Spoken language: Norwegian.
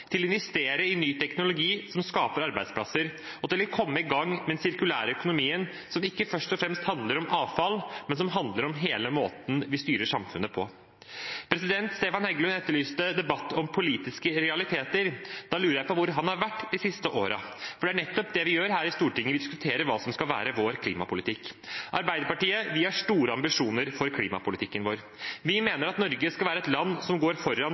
å investere i ny teknologi som skaper arbeidsplasser, og i å komme i gang med den sirkulære økonomien, som ikke først og fremst handler om avfall, men som handler om hele måten vi styrer samfunnet på. Stefan Heggelund etterlyste debatt om politiske realiteter. Da lurer jeg på hvor han har vært de siste årene, for det er nettopp det vi gjør her i Stortinget. Vi diskuterer hva som skal være vår klimapolitikk. Vi i Arbeiderpartiet har store ambisjoner for klimapolitikken vår. Vi mener at Norge skal være et land som går foran,